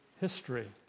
history